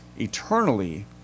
eternally